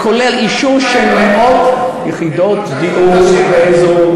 סיעת כולנו אימצה,